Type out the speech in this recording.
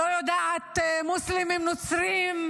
לא יודעת, מוסלמים-נוצרים.